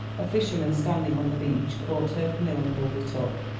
a fisherman standing on the beach caught her canoe and pulled it up.